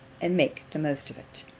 and make the most of it.